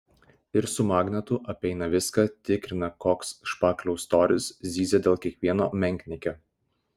ir su magnetu apeina viską tikrina koks špakliaus storis zyzia dėl kiekvieno menkniekio